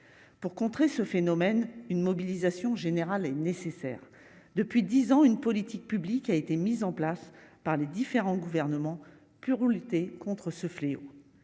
pour contrer ce phénomène une mobilisation générale est nécessaire depuis 10 ans une politique publique a été mis en place par les différents gouvernements pur ou lutter contre ce fléau,